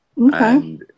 Okay